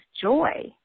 joy